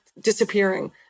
disappearing